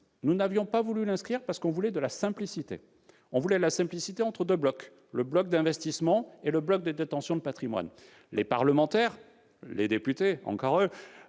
Nous n'avions pas voulu l'inscrire parce que nous voulions la simplicité entre deux blocs, le bloc d'investissement et le bloc de détention de patrimoine. Les parlementaires, les députés- encore eux